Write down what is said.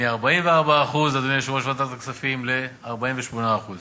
מ-44%, אדוני יושב-ראש ועדת הכספים, ל-48%;